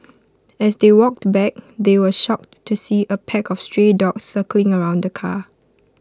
as they walked back they were shocked to see A pack of stray dogs circling around the car